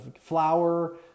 flour